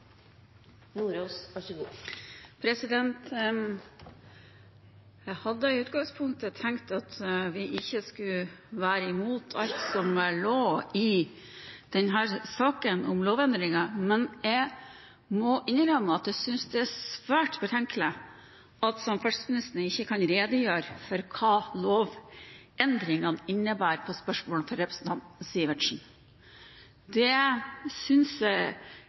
Jeg hadde i utgangspunktet tenkt at vi ikke skulle være imot alt som lå i denne saken om lovendringen. Men jeg må innrømme at det er svært betenkelig at samferdselsministeren ikke kan redegjøre for hva lovendringene innebærer på spørsmål fra representanten Sivertsen. Det synes jeg